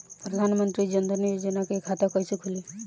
प्रधान मंत्री जनधन योजना के खाता कैसे खुली?